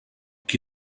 qui